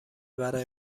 برای